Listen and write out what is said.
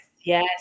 Yes